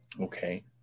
Okay